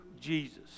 Jesus